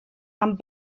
amb